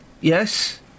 Yes